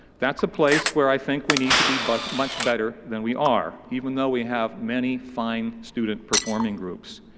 that's a place where i think we need to be but much better than we are. even though we have many fine student performing groups.